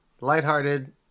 Lighthearted